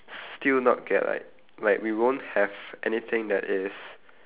still not get like like we won't have anything that is